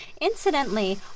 Incidentally